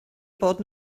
bod